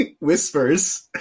whispers